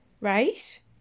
Right